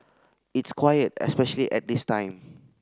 it's quiet especially at this time